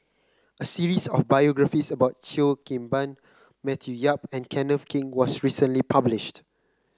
a series of biographies about Cheo Kim Ban Matthew Yap and Kenneth Keng was recently published